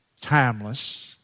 timeless